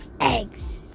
eggs